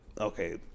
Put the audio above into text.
okay